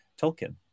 Tolkien